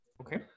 Okay